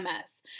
MS